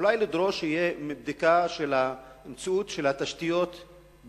אולי צריך לדרוש שתהיה בדיקה של התשתיות בנגב,